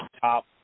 top